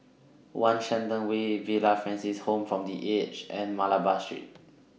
one Shenton Tower Villa Francis Home For The Aged and Malabar Street